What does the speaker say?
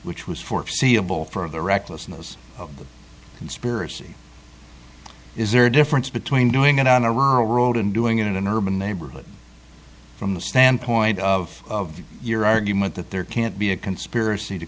which was foreseeable for the recklessness of conspiracy is there a difference between doing it on a rural road and doing it in an urban neighborhood from the standpoint of your argument that there can't be a conspiracy to